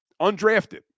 Undrafted